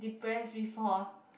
depressed before